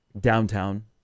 downtown